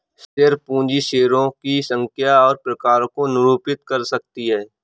share पूंजी शेयरों की संख्या और प्रकारों को भी निरूपित कर सकती है